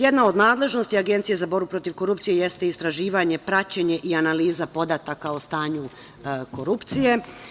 Jedna od nadležnosti Agencije za borbu protiv korupcije jeste i istraživanje, praćenje i analiza podataka o stanju korupcije.